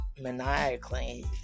maniacally